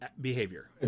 behavior